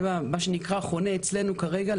זה חונה אצלנו כרגע,